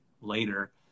later